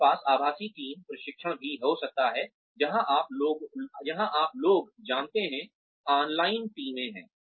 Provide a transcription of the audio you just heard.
हमारे पास आभासी टीम प्रशिक्षण भी हो सकता है जहाँ आप लोग जानते हैं ऑनलाइन टीमें हैं